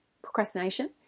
procrastination